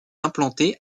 implantée